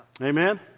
Amen